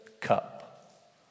cup